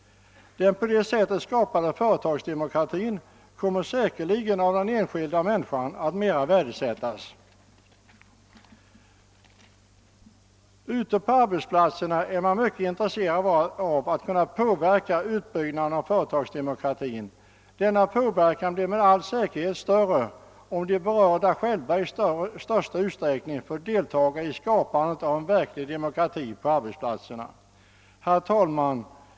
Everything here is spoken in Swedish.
En på detta sätt skapad företagsdemokrati kommer säkerligen att värdesättas mera av den enskilda människan. Ute på arbetsplatserna är man mycket intresserad av att kunna påverka utbyggandet av = företagsdemokratin. Denna påverkan blir med all säkerhet större, om de berörda själva i största utsträckning får delta i skapandet av en verklig demokrati på arbetsplatserna. Herr talman!